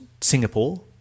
Singapore